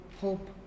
hope